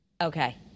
Okay